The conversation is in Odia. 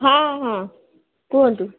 ହଁ ହଁ କୁହନ୍ତୁ